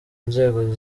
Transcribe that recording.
nzego